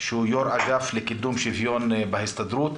שהוא יושב ראש אגף לקידום שוויון בהסתדרות.